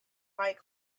fight